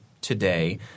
today